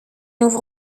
ouvre